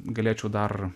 galėčiau dar